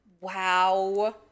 Wow